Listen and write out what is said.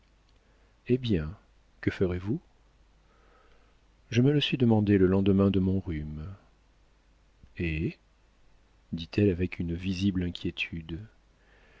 eh bien que ferez-vous je me le suis demandé le lendemain de mon rhume et dit-elle avec une visible inquiétude